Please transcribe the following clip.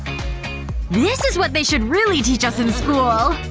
this is what they should really teach us in school!